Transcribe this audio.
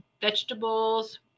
vegetables